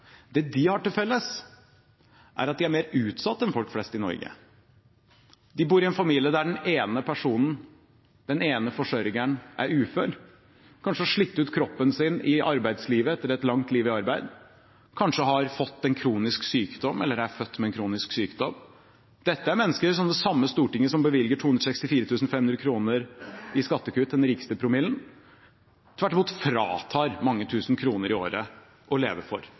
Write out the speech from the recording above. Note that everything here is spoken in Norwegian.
at de er mer utsatt enn folk flest i Norge. De bor i familier der den ene personen, den ene forsørgeren, er ufør og kanskje har slitt ut kroppen sin i arbeidslivet etter et langt liv i arbeid, eller kanskje har fått en kronisk sykdom eller er født med en kronisk sykdom. Dette er mennesker som det samme Stortinget som bevilger 264 500 kr i skattekutt til den rikeste promillen av befolkningen, tvert imot fratar mange tusen kroner i året å leve for.